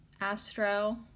astro